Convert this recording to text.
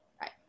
Right